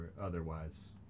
otherwise